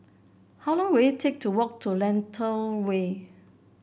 how long will it take to walk to Lentor Way